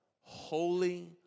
Holy